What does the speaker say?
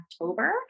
October